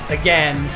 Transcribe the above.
again